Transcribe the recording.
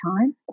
time